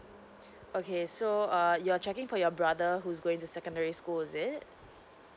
okay so err you're checking for your brother who's going to secondary school is it